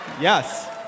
Yes